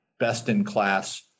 Best-in-class